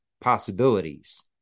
possibilities